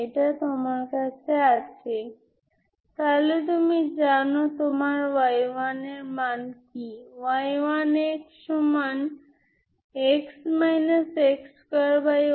এটি আর কিছুই নয় যা কেবল 2 যা λ এর সাথে n 1 অর্থাৎ 1 এর সাথে করেস্পন্ডিং